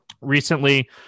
recently